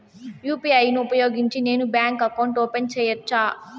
UPI ను ఉపయోగించి నేను బ్యాంకు అకౌంట్ ఓపెన్ సేయొచ్చా?